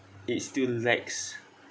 it still lacks